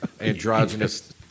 Androgynous